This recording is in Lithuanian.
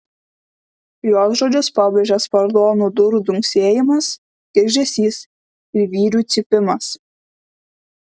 jos žodžius pabrėžė spardomų durų dunksėjimas girgždesys ir vyrių cypimas